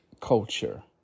culture